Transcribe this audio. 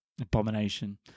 Abomination